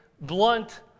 blunt